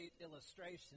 illustration